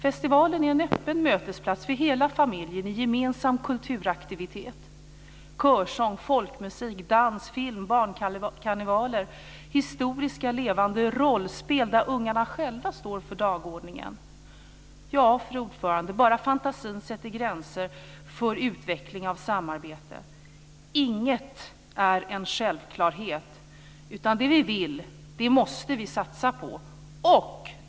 Festivalen är en öppen mötesplats för hela familjen som gemensam kulturaktivitet, med körsång, folkmusik, dans, film, barnkarnevaler, historiska, levande rollspel, där ungarna själva står för dagordningen. Fru talman! Bara fantasin sätter gränser för utveckling och samarbete. Inget är en självklarhet, utan det vi vill måste vi satsa på.